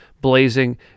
blazing